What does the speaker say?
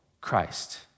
Christ